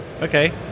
okay